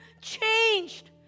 changed